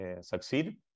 succeed